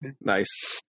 Nice